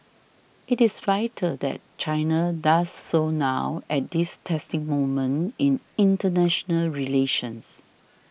it is vital that China does so now at this testing moment in international relations